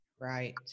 right